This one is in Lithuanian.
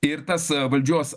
ir tas valdžios